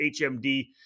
HMD